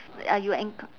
ah you encoun~